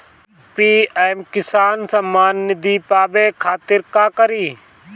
PM Kisan Samman Nidhi पावे खातिर का करी?